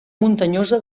muntanyosa